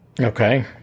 Okay